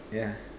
yeah